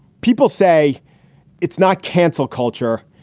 people say it's not cancel culture,